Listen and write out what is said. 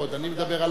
אני מדבר עלי,